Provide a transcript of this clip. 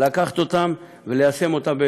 לקחת אותם וליישם אותם,